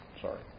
sorry